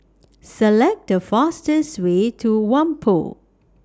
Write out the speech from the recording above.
Select The fastest Way to Whampoa